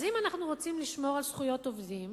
אז אם אנחנו רוצים לשמור על זכויות עובדים,